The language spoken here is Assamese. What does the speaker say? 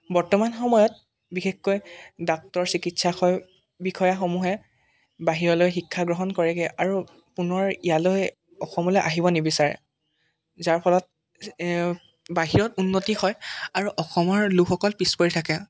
বৰ্তমান সময়ত বিশেষকৈ ডাক্তৰ চিকিৎসক বিষয়াসমূহে বাহিৰলৈ শিক্ষা গ্ৰহণ কৰেগৈ আৰু পুনৰ ইয়ালৈ অসমলৈ আহিব নিবিচাৰে যাৰ ফলত বাহিৰত উন্নতি হয় আৰু অসমৰ লোকসকল পিছপৰি থাকে